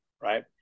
right